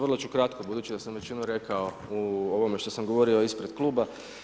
Vrlo ću kratko, budući da sam većinu rekao u ovome što sam govorio ispred kluba.